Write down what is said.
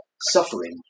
suffering